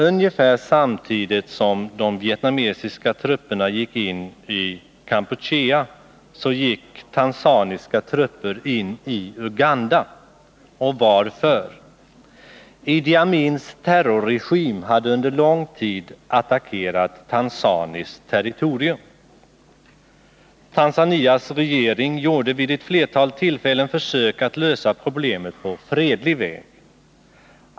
Ungefär samtidigt som de vietnamesiska trupperna gick in i Kampuchea gick tanzaniska trupper in i Uganda. Varför? Idi Amins terrorregim hade under lång tid attackerat tanzaniskt territorium. Tanzanias regering gjorde vid ett flertal tillfällen försök att lösa problemet på fredlig väg.